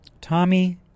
Tommy